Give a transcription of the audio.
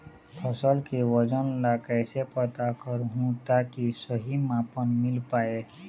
फसल के वजन ला कैसे पता करहूं ताकि सही मापन मील पाए?